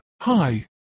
Hi